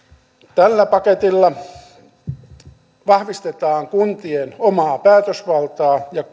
tällä paketilla vahvistetaan kuntien omaa päätösvaltaa ja